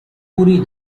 puri